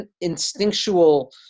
instinctual